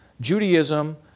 Judaism